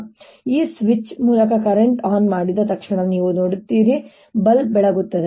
ನಾನು ಈ ಸ್ವಿಚ್ ಮೂಲಕ ಕರೆಂಟ್ ಆನ್ ಮಾಡಿದ ತಕ್ಷಣ ನೀವು ನೋಡುತ್ತೀರಿ ನೀವು ನೋಡುತ್ತೀರಿ ಬಲ್ಬ್ ಬೆಳಗುತ್ತದೆ